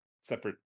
separate